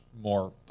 more